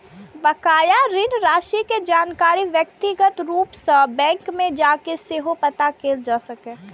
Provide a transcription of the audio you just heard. बकाया ऋण राशि के जानकारी व्यक्तिगत रूप सं बैंक मे जाके सेहो पता कैल जा सकैए